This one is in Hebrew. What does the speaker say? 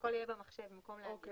שיכול להיות במחשב, במקום להגיע.